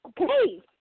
okay